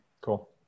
Cool